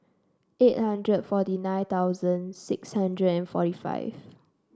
eight hundred forty nine thousand six hundred and forty five